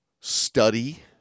study